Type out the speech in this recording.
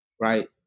right